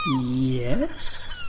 Yes